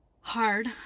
hard